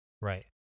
right